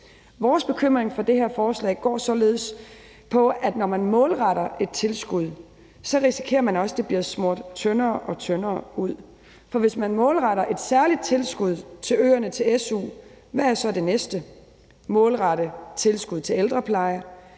Vores bekymring for det her forslag går således på, at når man målretter et tilskud, så risikerer man også, at det bliver smurt tyndere og tyndere ud. For hvis man målretter et særligt tilskud til øerne til su, hvad er så det næste? Er det at målrette et tilskud til ældrepleje?